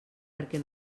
perquè